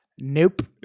Nope